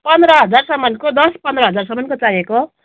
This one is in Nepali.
पन्ध्र हजारसम्मको दस पन्ध्र हजारसम्मको चाहिएको हो